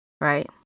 right